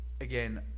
again